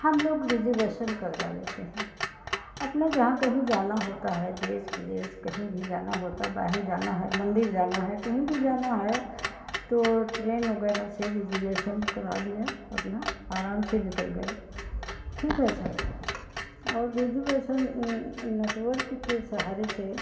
हमलोग रिजर्वेशन करवा लेते हैं अपना जहाँ कहीं जाना होता है देश विदेश कहीं भी जाना होता बाहर जाना है मन्दिर जाना है कहीं भी जाना है तो ट्रेन वग़ैरह से रिजर्वेशन करा लिया अपना आराम से निकल गए ठीक है सर और रिजर्वेशन नेटवर्क के सहारे से